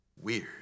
Weird